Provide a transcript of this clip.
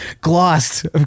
Glossed